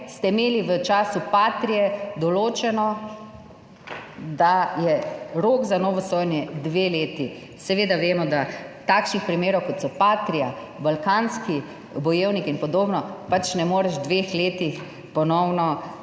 ste imeli v času Patrie določeno, da je rok za novo sojenje dve leti. Seveda vemo, da takšnih primerov, kot so Patria, Balkanski bojevnik in podobno, pač ne moreš v dveh letih ponovno